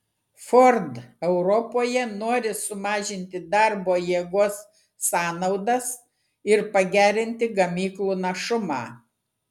ford europoje nori sumažinti darbo jėgos sąnaudas ir pagerinti gamyklų našumą